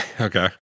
Okay